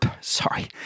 sorry